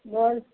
बोल